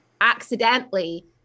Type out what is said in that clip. accidentally